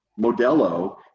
Modelo